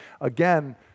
Again